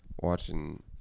watching